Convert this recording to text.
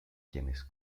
quienes